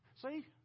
See